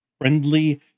friendly